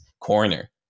corner